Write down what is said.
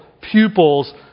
pupils